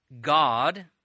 God